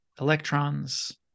electrons